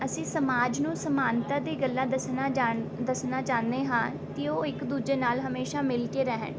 ਅਸੀਂ ਸਮਾਜ ਨੂੰ ਸਮਾਨਤਾ ਦੀ ਗੱਲਾਂ ਦੱਸਣਾ ਜਾਣ ਦੱਸਣਾ ਚਾਹੁੰਦੇ ਹਾਂ ਕਿ ਉਹ ਇੱਕ ਦੂਜੇ ਨਾਲ਼ ਹਮੇਸ਼ਾ ਮਿਲ ਕੇ ਰਹਿਣ